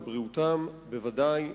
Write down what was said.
בבריאותם בוודאי.